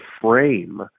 frame